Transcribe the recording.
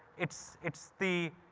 it's it's the,